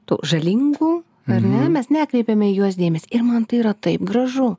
tų žalingų ar ne mes nekreipiame į juos dėmesio ir man tai yra taip gražu